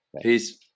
Peace